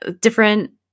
Different